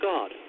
God